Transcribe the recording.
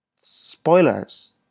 spoilers